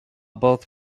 both